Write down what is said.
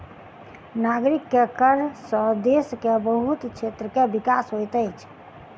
नागरिक के कर सॅ देश के बहुत क्षेत्र के विकास होइत अछि